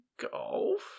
golf